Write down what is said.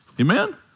Amen